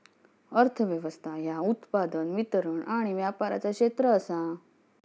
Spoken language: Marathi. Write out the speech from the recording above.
अर्थ व्यवस्था ह्या उत्पादन, वितरण आणि व्यापाराचा क्षेत्र आसा